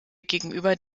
gegenüber